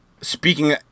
Speaking